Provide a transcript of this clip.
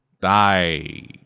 Die